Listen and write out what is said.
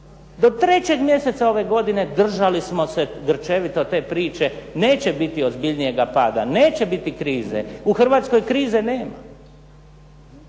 Do trećeg mjeseca ove godine držali smo se grčevito te priče neće biti ozbiljnijega pada, neće biti krize. U Hrvatskoj krize nema.